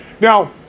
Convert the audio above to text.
Now